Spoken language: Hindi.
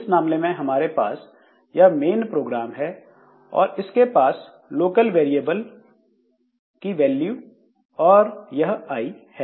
इस मामले में हमारे पास यह मेन प्रोग्राम है और उसके पास लोकल वेरिएबल की वैल्यू और यह आई है